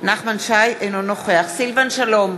אינו נוכח סילבן שלום,